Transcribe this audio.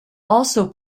also